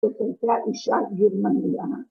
זאת הייתה אישה גרמניה